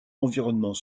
environnement